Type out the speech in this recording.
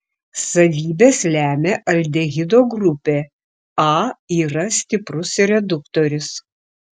savybes lemia aldehido grupė a yra stiprus reduktorius